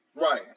Right